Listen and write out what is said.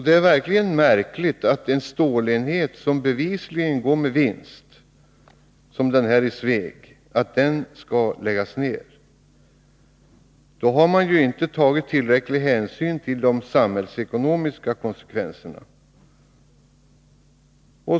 Det är verkligen märkligt att en stålenhet — vid Sandvik AB som bevisligen går med vinst — som den i Sveg — skall läggas ner. Då har inte tillräckliga hänsyn tagits till de samhällsekonomiska konsekvenserna.